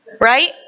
right